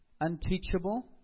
unteachable